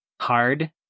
hard